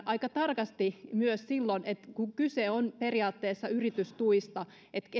aika tarkasti myös silloin kun kyse on periaatteessa yritystuista